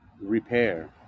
repair